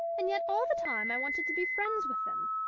and yet all the time i wanted to be friends with them.